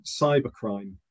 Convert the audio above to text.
cybercrime